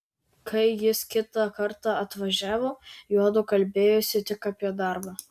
kai jis kitą kartą atvažiavo juodu kalbėjosi tik apie darbą